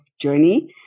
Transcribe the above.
journey